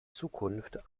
zukunft